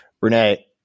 Renee